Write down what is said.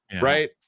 right